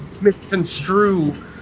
misconstrue